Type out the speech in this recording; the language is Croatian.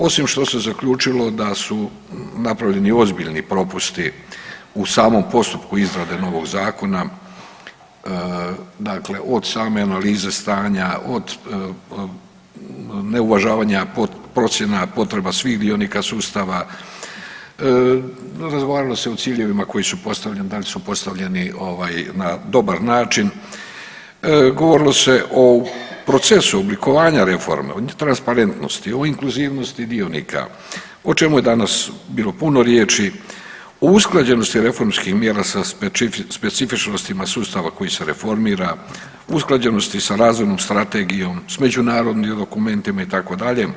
Osim što se zaključilo da su napravljeni ozbiljni propusti u samom postupku izrade novog zakona, dakle od same analize stanja, od neuvažavanja procjena potreba svih dionika sustava, razgovaralo se i o ciljevima koji su postavljeni da li su postavljeni na dobar način, govorilo se o procesu oblikovanja reforme, o transparentnosti, o inkluzivnosti dionika o čemu je danas bilo punu riječi, o usklađenosti reformskih mjera sa specifičnostima sustava koji se reformira, usklađenosti sa razvojnom strategijom s međunarodnim dokumentima itd.